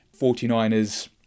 49ers